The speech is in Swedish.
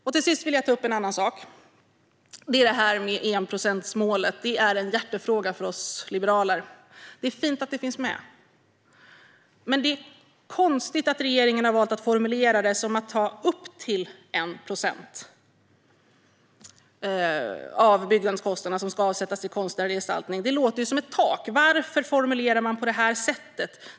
Till sist vill jag ta upp en annan sak, nämligen detta med enprocentsmålet. Det är en hjärtefråga för oss liberaler. Det är fint att det finns med, men det är konstigt att regeringen har valt att formulera det som att upp till 1 procent av byggkostnaderna ska avsättas till konstnärlig gestaltning. Det låter ju som ett tak. Varför formulerar regeringen det på detta sätt?